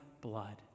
blood